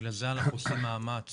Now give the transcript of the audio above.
בגלל זה אנחנו עושים מאמץ